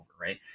right